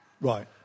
right